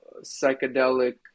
psychedelic